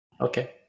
Okay